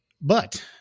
But-